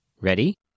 Ready